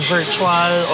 Virtual